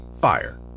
fire